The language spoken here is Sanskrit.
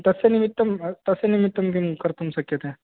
तस्य निमित्तं तस्य निमित्तं किं कर्तुं शक्यते